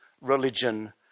religion